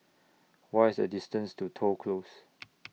What IS The distance to Toh Close